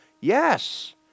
Yes